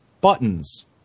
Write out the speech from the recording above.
buttons